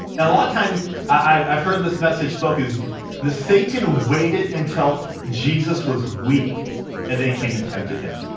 a lot of time i've heard this message spoke as the satan waited until jesus was weak and then came in tempted him.